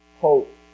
hope